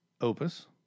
Opus